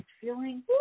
feeling